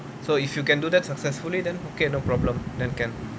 so if you can do that successfully then play no problem then can